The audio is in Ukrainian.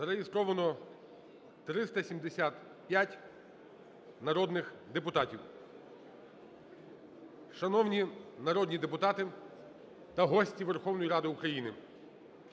Зареєстровано 375 народних депутатів. Шановні народні депутати та гості Верховної Ради України,